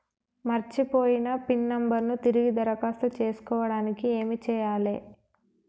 మర్చిపోయిన pin number ను తిరిగి దరఖాస్తు చేసుకోవడానికి ఏమి చేయాలే?